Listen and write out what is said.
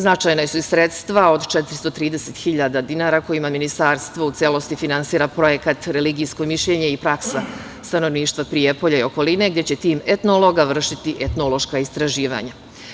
Značajna su i sredstva od 430 hiljada dinara kojima Ministarstvo u celosti finansira projekat "Religijsko mišljenje i praksa stanovništva Prijepolja i okoline", gde će tim etnologa vršiti etnološka istraživanja.